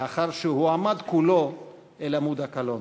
לאחר שהועמד כולו אל עמוד הקלון.